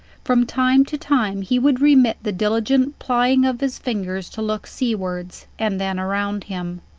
from time to time he would remit the diligent plying of his fingers to look seawards, and then around him.